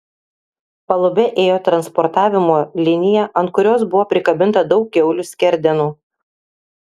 palube ėjo transportavimo linija ant kurios buvo prikabinta daug kiaulių skerdenų